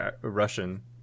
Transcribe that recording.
Russian